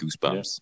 goosebumps